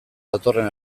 datorren